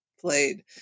played